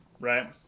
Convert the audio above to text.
right